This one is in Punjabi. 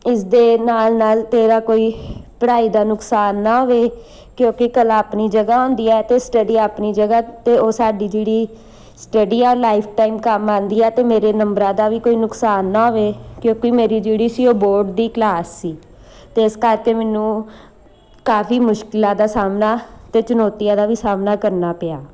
ਇਸ ਦੇ ਨਾਲ ਨਾਲ ਤੇਰਾ ਕੋਈ ਪੜ੍ਹਾਈ ਦਾ ਨੁਕਸਾਨ ਨਾ ਹੋਵੇ ਕਿਉਂਕਿ ਕਲਾ ਆਪਣੀ ਜਗ੍ਹਾ ਹੁੰਦੀ ਹੈ ਅਤੇ ਸਟੱਡੀ ਆਪਣੀ ਜਗ੍ਹਾ ਅਤੇ ਉਹ ਸਾਡੀ ਜਿਹੜੀ ਸਟੱਡੀ ਆ ਉਹ ਲਾਈਫ ਟਾਈਮ ਕੰਮ ਆਉਂਦੀ ਆ ਅਤੇ ਮੇਰੇ ਨੰਬਰਾਂ ਦਾ ਵੀ ਕੋਈ ਨੁਕਸਾਨ ਨਾ ਹੋਵੇ ਕਿਉਂਕਿ ਮੇਰੀ ਜਿਹੜੀ ਸੀ ਉਹ ਬੋਰਡ ਦੀ ਕਲਾਸ ਸੀ ਤਾਂ ਇਸ ਕਰਕੇ ਮੈਨੂੰ ਕਾਫ਼ੀ ਮੁਸ਼ਕਿਲਾਂ ਦਾ ਸਾਹਮਣਾ ਅਤੇ ਚੁਣੌਤੀਆਂ ਦਾ ਵੀ ਸਾਹਮਣਾ ਕਰਨਾ ਪਿਆ